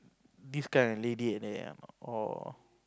these kinda lady and they're all